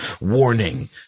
warning